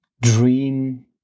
dream